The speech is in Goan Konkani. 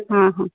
आ हा